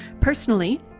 Personally